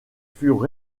furent